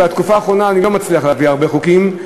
בתקופה האחרונה אני לא מצליח להעביר הרבה חוקים.